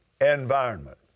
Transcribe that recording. environment